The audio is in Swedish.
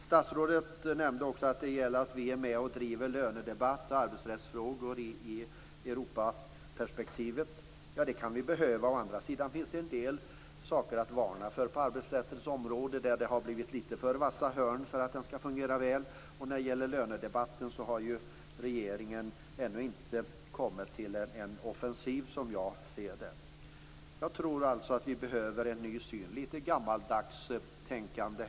Statsrådet nämnde också att det gäller att vi är med och driver lönedebatt och arbetsrättsfrågor i ett Europaperspektiv. Det kan vi behöva. Å andra sidan finns det en del saker att varna för på arbetsrättens område. Det har blivit litet för vassa hörn för att den skall fungera väl. När det gäller lönedebatten har regeringen, som jag ser det, ännu inte kommit till någon offensiv. Jag tror att vi behöver en ny syn - litet gammaldags tänkande.